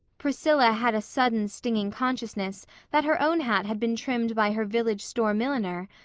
priscilla had a sudden stinging consciousness that her own hat had been trimmed by her village store milliner,